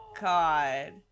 God